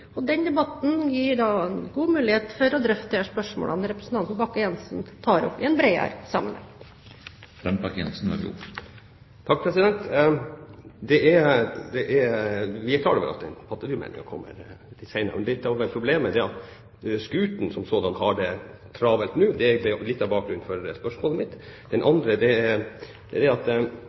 Den debatten gir god mulighet for å drøfte de spørsmålene som representanten Bakke Jensen tar opp, i en bredere sammenheng. Vi er klar over at pattedyrmeldingen kommer til behandling senere. Litt av problemet er at skutene som sådan har det travelt nå, og det er noe av bakgrunnen for spørsmålet mitt. Det andre er at tradisjonelt har vi tenkt helhetlig når det gjelder forvaltningen. Vi har sagt at